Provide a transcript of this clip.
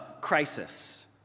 crisis